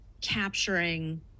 capturing